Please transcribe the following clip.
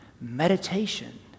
Meditation